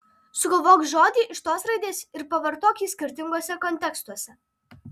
sugalvok žodį iš tos raidės ir pavartok jį skirtinguose kontekstuose